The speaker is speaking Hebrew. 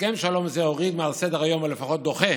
הסכם שלום זה מוריד מעל סדר-היום, או לפחות דוחה,